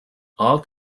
all